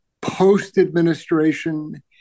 post-administration